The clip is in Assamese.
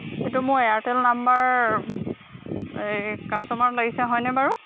সেইটো মোৰ এয়াৰটেল নাম্বাৰ এই কাষ্টমাৰত লাগিছে হয়নে বাৰু